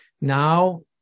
now